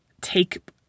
take